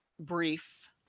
brief